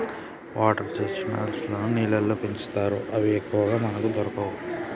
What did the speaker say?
water chestnuts లను నీళ్లల్లో పెంచుతారు అవి ఎక్కువగా మనకు దొరకవు